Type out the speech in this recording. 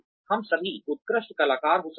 हम सभी उत्कृष्ट कलाकार हो सकते हैं